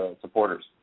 supporters